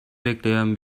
bekleyen